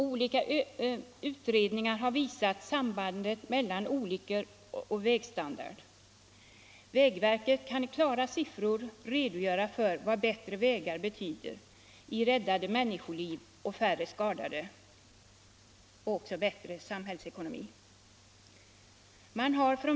Olika utredningar har visat sambandet mellan olyckor och vägstandard. Vägverket kan i klara siffror redogöra för vad bättre vägar betyder i räddade människoliv, färre skadade och bättre samhällsekonomi.